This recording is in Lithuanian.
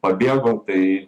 pabėgo tai